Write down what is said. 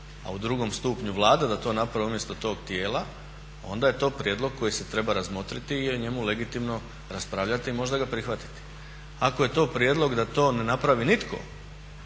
a u drugom stupnju Vlada da to napravi umjesto tog tijela onda je to prijedlog koji se treba razmotriti i o njemu legitimno raspravljati i možda ga prihvatiti. Ako je to prijedlog da to ne napravi nitko